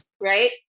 right